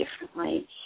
differently